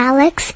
Alex